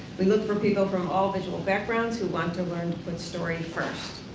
we look for people from all visual backgrounds who want to learn to put story first.